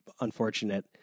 unfortunate